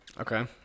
Okay